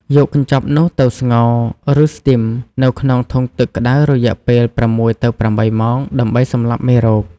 យកកញ្ចប់នោះទៅ ស្ងោរ ឬស្ទីម នៅក្នុងធុងទឹកក្តៅរយៈពេល ៦ ទៅ ៨ ម៉ោង ដើម្បីសម្លាប់មេរោគ។